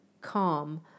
calm